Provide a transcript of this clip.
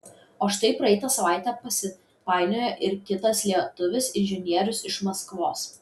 o štai praeitą savaitę pasipainiojo ir kitas lietuvis inžinierius iš maskvos